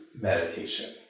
meditation